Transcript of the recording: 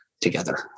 together